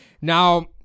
Now